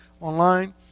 online